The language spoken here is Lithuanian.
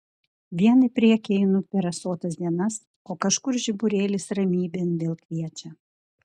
vien į priekį einu per rasotas dienas o kažkur žiburėlis ramybėn vėl kviečia